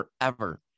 forever